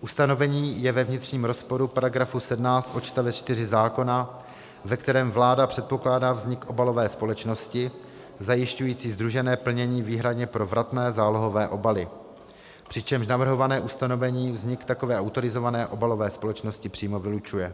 ustanovení ve vnitřním rozporu s § 17 odst. 4 zákona, ve kterém vláda předpokládá vznik obalové společnosti zajišťující sdružené plnění výhradně pro vratné zálohované obaly, přičemž navrhované ustanovení vznik takové autorizované obalové společnosti přímo vylučuje.